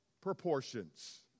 proportions